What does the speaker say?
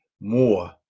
more